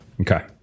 Okay